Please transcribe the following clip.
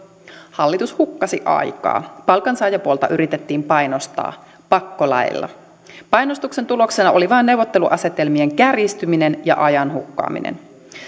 hallitus hukkasi aikaa palkansaajapuolta yritettiin painostaa pakkolaeilla painostuksen tuloksena oli vain neuvotteluasetelmien kärjistyminen ja ajan hukkaaminen